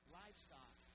livestock